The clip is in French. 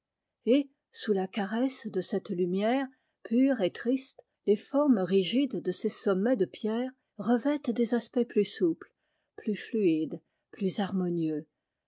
et sous la caresse de cette lumière pure et triste les formes rigides de ces sommets de pierre revêtent des aspects plus souples plus fluides plus harmonieux